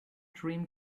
dream